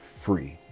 free